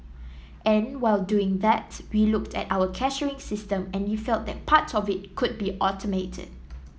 and while doing that we looked at our cashiering system and we felt that part of it could be automated